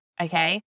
Okay